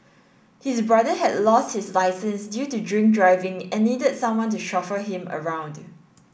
his brother had lost his licence due to drink driving and needed someone to chauffeur him around